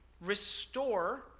restore